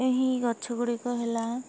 ଏହି ଗଛ ଗୁଡ଼ିକ ହେଲା